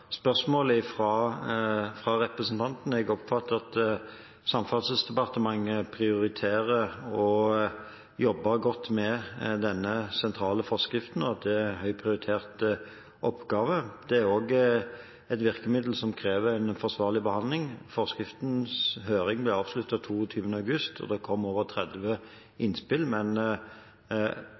fra representanten. Jeg oppfatter at Samferdselsdepartementet prioriterer å jobbe godt med denne sentrale forskriften, og at det er en høyt prioritert oppgave. Det er også et virkemiddel som krever en forsvarlig behandling. Høringen av forskriften ble avsluttet 22. august, og det kom over 30 innspill. Men